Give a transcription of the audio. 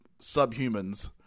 subhumans